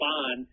on